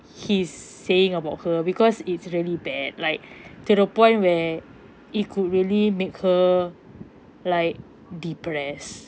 he's saying about her because it's really bad like to the point where it could really make her like depressed